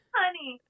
honey